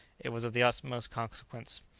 it was of the utmost consequence.